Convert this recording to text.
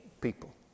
people